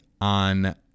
on –